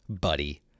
buddy